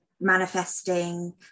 manifesting